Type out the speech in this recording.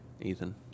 Ethan